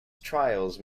trials